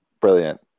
Brilliant